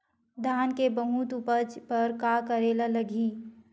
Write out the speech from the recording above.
धान के बहुत उपज बर का करेला लगही?